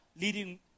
leading